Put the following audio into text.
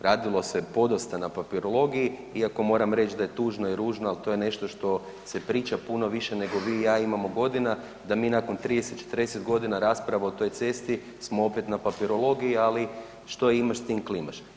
Radilo se podosta na papirologiji, iako moramo reći da je tužno i ružno, ali to je nešto što se priča puno više nego vi i ja imamo godina, da mi nakon 30, 40 godina rasprave o toj cesti smo opet na papirologiji, ali, što imaš, s tim klimaš.